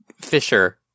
fisher